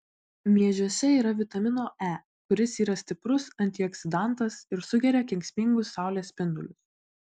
miežiuose yra vitamino e kuris yra stiprus antioksidantas ir sugeria kenksmingus saulės spindulius